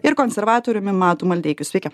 ir konservatoriumi mantu maldeikiu sveiki